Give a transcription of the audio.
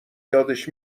یادش